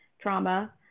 trauma